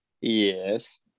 Yes